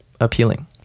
appealing